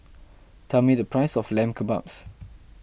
tell me the price of Lamb Kebabs